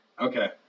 Okay